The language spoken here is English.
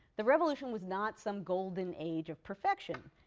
the revolution was not some golden age of perfection.